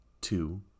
two